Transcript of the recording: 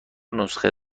نسخه